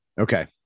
Okay